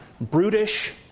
brutish